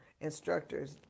instructors